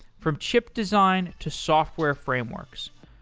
from chip design to software frameworks.